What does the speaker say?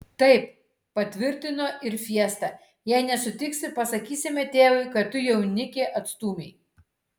taip patvirtino ir fiesta jei nesutiksi pasakysime tėvui kad tu jaunikį atstūmei